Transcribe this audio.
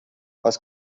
was